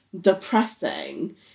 depressing